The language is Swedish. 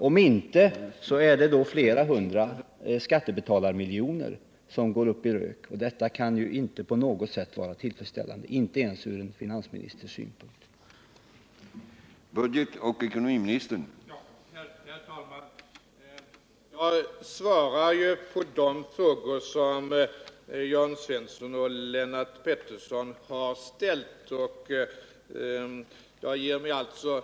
Om inte, är det flera hundra skattebetalarmiljoner som går upp i rök, och det kan inte på något sätt vara tillfredsställande, inte ens ur finansministerns synvinkel.